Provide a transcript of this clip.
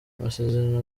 amasezerano